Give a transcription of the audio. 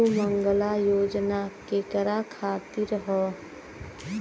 सुमँगला योजना केकरा खातिर ह?